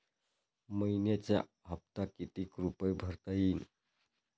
मइन्याचा हप्ता कितीक रुपये भरता येईल?